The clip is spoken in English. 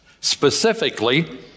specifically